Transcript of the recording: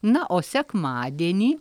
na o sekmadienį